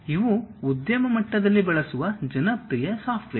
ಆದರೆ ಇವು ಉದ್ಯಮ ಮಟ್ಟದಲ್ಲಿ ಬಳಸುವ ಜನಪ್ರಿಯ ಸಾಫ್ಟ್ವೇರ್